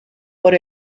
por